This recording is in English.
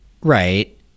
Right